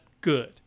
good